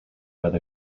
with